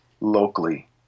locally